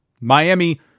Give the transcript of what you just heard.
Miami